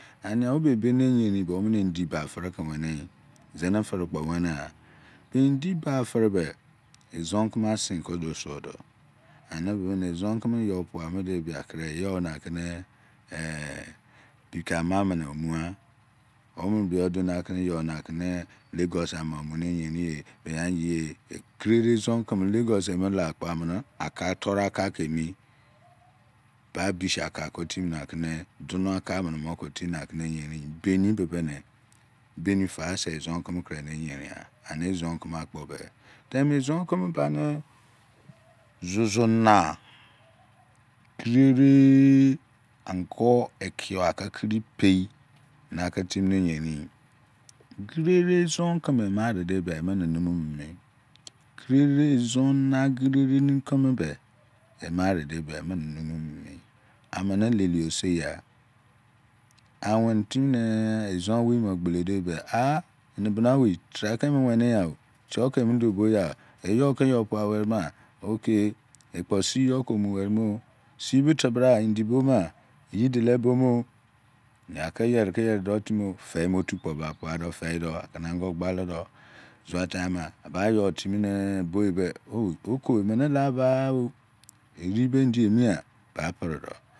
Ama obe seni eyerin be omene ba preike weni yi zene orekpo weniqla be endi ba eve be ezon kene osinke duo suo do ani done ezo keme kuro you akene bike ame omughe omene bie yo duo nakene you nake ne lagos amo omu timini eyerin arede edon keme lagos kela kpo toru aka kineyerin bar beach aka ko timinakene eyerin ani sese ne beni ose ezon keme kurone yeringha ani ezon keme akpobe ezon keme bane zuzuna qrerere ango ekiyor akene kripei nake timi oe eyerin qrere ezon keme emaredetia emene miminimi qrere ezon na qrere keme se ema ride bia eme ne niminimii amene ke leosi gha ameni timine ezon onlei mo gbilielebia ah enebena owi trebra ke emuweni gha o tiyo ke mu tuo boyila you ke you pua werima ekposi you komu weremo sibi tebra enyli bora eyi dulo bomo akeyeri keye rido timi mo deimo tu kpo ba pva dor akene ango gbaledo mo tama ba you tim ne bo embe oko eme lubala ojeribe endi emi gha seri predo